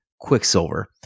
Quicksilver